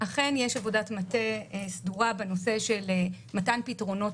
אכן יש עבודת מטה סדורה בנושא מתן פתרונות